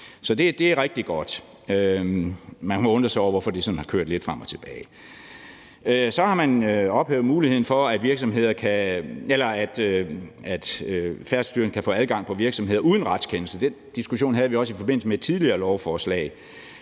Så det er rigtig godt. Man må undre sig over, hvorfor det sådan har kørt lidt frem og tilbage. Så har man ophævet muligheden for, at Færdselsstyrelsen kan få adgang på virksomheder uden retskendelse. Den diskussion havde vi også i forbindelse med et tidligere lovforslag,